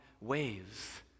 waves